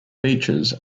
beaches